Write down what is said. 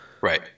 right